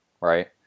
right